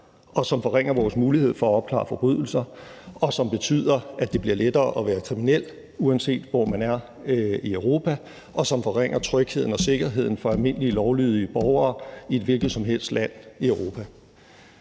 og som forringer vores mulighed for at opklare forbrydelser, og som betyder, at det bliver lettere at være kriminel, uanset hvor man er i Europa, og som forringer trygheden og sikkerheden for almindelige lovlydige borgere i et hvilket som helst land i Europa?